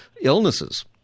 illnesses